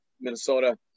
Minnesota